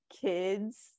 kids